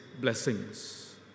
blessings